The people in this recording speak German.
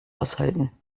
aushalten